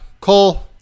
Cole